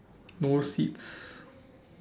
no seats